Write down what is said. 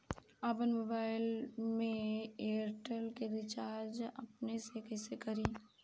आपन मोबाइल में एयरटेल के रिचार्ज अपने से कइसे करि?